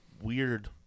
weird